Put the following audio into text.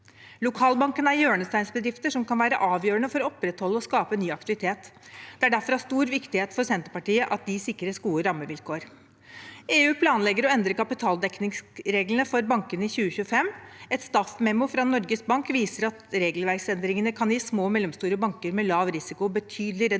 Lokalbankene er hjørnesteinsbedrifter som kan være avgjørende for å opprettholde og skape ny aktivitet. Det er derfor av stor viktighet for Senterpartiet at de sikres gode rammevilkår. EU planlegger å endre kapitaldekningsreglene for bankene i 2025. Et «Staff Memo» fra Norges Bank viser at regelverksendringene kan gi små og mellomstore banker med lav risiko betydelig